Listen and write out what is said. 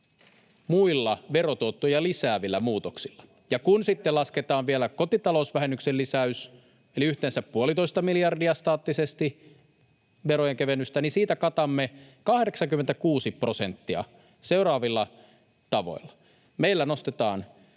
muilla verotuottoja lisäävillä muutoksilla, ja kun sitten lasketaan vielä kotitalousvähennyksen lisäys eli staattisesti yhteensä puolitoista miljardia verojen kevennystä, niin siitä katamme 86 prosenttia seuraavilla tavoilla: Meillä nostetaan